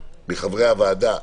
מחברי הוועדה,